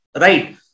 right